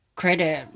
credit